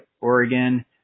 oregon